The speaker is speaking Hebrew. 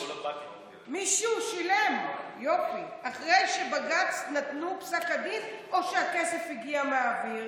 מישהו שילם אחרי שבג"ץ נתן פסק דין או שהכסף הגיע מהאוויר?"